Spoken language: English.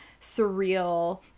surreal